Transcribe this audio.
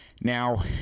now